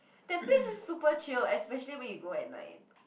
that place is super chill especially when you go at night